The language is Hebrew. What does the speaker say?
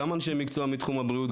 גם אנשי מקצוע מתחם הבריאות,